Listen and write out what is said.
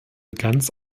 ganz